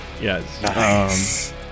yes